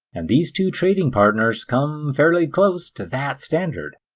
and these two trading partners come fairly close to that standard.